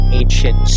ancient